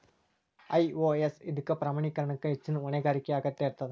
IOS ಇದಕ್ಕ ಪ್ರಮಾಣೇಕರಣಕ್ಕ ಹೆಚ್ಚಿನ್ ಹೊಣೆಗಾರಿಕೆಯ ಅಗತ್ಯ ಇರ್ತದ